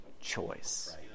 choice